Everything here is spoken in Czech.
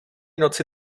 noci